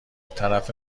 طرف